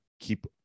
keep